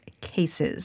cases